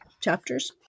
chapters